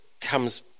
comes